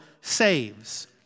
saves